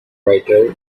writer